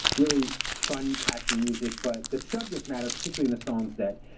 really fun, catchy music. but the subject matter, particularly the songs that